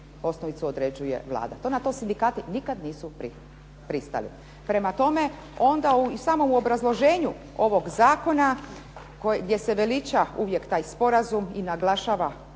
osnovicu određuje Vlada, na to sindikati nikada nisu pristali. Prema tome, onda samo u obrazloženju ovog Zakona gdje se veliča uvijek taj sporazum i naglašava